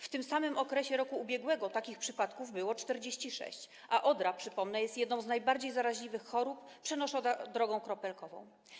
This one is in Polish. W tym samym okresie roku ubiegłego takich przypadków było 46, a odra, przypomnę, jest jedną z najbardziej zaraźliwych chorób i jest przenoszona drogą kropelkową.